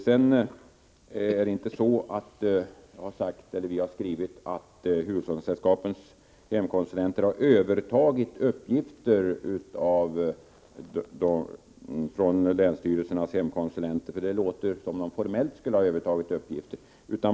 Vi har inte skrivit att hushållningssällskapens hemkonsulenter har övertagit uppgifter från länsstyrelsernas hemkonsulenter, eftersom de inte formellt har tagit över denna verksamhet.